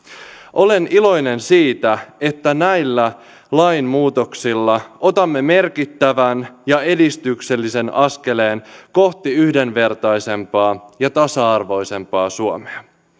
olen iloinen siitä että näillä lainmuutoksilla otamme merkittävän ja edistyksellisen askeleen kohti yhdenvertaisempaa ja tasa arvoisempaa suomea